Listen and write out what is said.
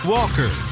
Walker